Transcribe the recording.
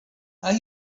are